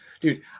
dude